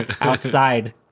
outside